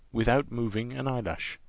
without moving an eyelash.